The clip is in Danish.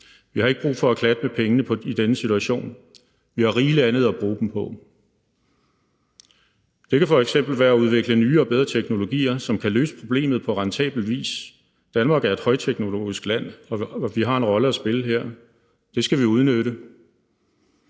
Vi har ikke brug for at klatte med pengene i denne situation; vi har rigeligt andet at bruge dem på. Det kan f.eks. være at udvikle nye og bedre teknologier, som kan løse problemet på rentabel vis. Danmark er et højteknologisk land, og vi har en rolle at spille her. Det skal vi udnytte.